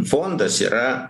fondas yra